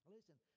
Listen